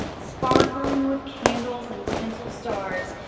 sparkling with candles and tinsel stars,